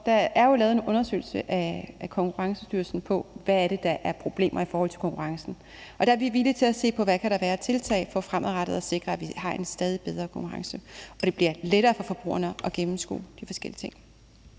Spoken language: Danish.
Der er jo lavet en undersøgelse af Konkurrencestyrelsen om, hvad det er, der er problemer i forhold til konkurrencen. Der er vi villige til at se på, hvad der kan være af tiltag for fremadrettet at sikre, at vi har en stadig bedre konkurrence og det bliver lettere for forbrugerne at gennemskue de forskellige ting.